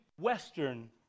Western